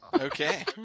okay